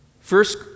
First